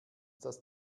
das